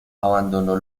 abandonó